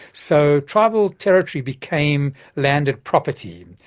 so tribal territory became landed property,